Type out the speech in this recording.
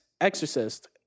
Exorcist